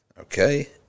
Okay